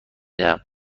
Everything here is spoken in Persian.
دهم